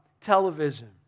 television